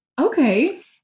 Okay